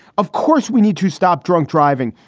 of course, we need to stop drunk driving.